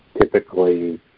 typically